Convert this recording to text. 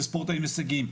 וספורטאים הישגיים.